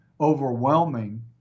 overwhelming